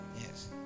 Yes